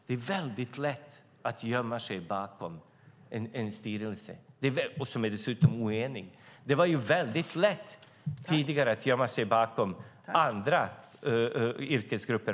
Det är mycket lätt att gömma sig bakom en styrelse. Den är dessutom oenig. Det var tidigare mycket lätt för ministrar att gömma sig bakom andra yrkesgrupper.